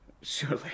Surely